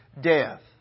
death